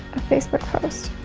facebook post.